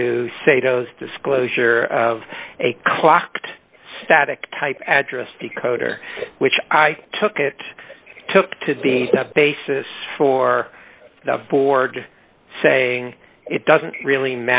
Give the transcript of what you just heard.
to say those disclosure of a clocked static type address decoder which i took it took to be the basis for the board saying it doesn't really